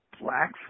Black